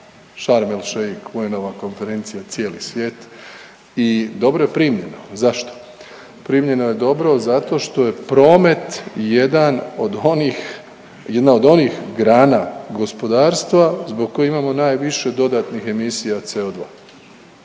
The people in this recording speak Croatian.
Šarm el Šeik, Khuenova konferencija i cijeli svijet i dobro je primljeno. Zašto? Primljeno je dobro zato što je promet jedan od onih, jedna od onih grana gospodarstva zbog koje imamo najviše dodatnih emisija CO2,